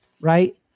right